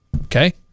Okay